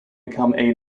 become